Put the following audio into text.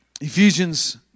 Ephesians